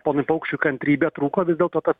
ponui paukščiui kantrybė trūko vis dėlto tas